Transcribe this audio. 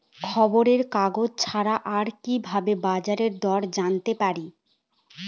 খবরের কাগজ ছাড়া আর কি ভাবে বাজার দর জানতে পারি?